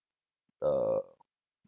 err